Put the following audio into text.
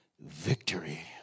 victory